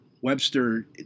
Webster